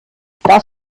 das